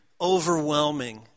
overwhelming